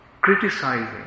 criticizing